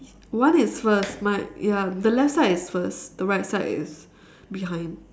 one is first my ya the left side is first the right side is behind